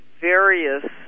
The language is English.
various